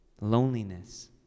Loneliness